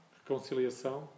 reconciliação